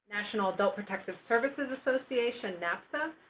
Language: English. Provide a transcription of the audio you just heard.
national adult protective services association, napsa,